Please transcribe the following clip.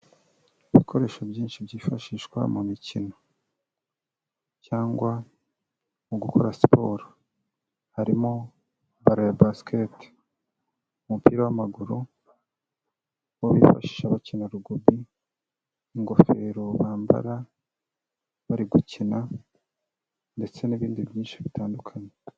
Ibikoresho byinshi byifashishwa mu mikino, cyangwa mu gukora siporo, harimo baro ya basket, mu mupira w'amaguru, uwo bifashisha bakina rugubi, ingofero bambara bari gukina, ndetse n'ibindi byinshi bitandukanye.